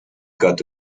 got